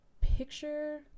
picture